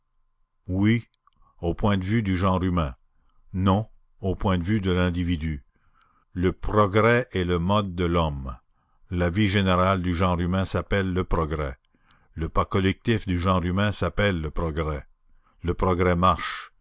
oui au point de vue du genre humain non au point de vue de l'individu le progrès est le mode de l'homme la vie générale du genre humain s'appelle le progrès le pas collectif du genre humain s'appelle le progrès le progrès marche